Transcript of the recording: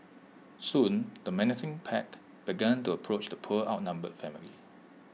soon the menacing pack began to approach the poor outnumbered family